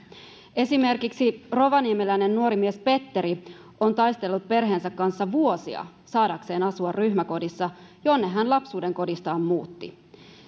esimerkiksi rovaniemeläinen nuorimies petteri on taistellut perheensä kanssa vuosia saadakseen asua ryhmäkodissa jonne hän lapsuudenkodistaan muutti